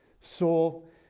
soul